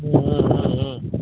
ம் ம் ம் ம்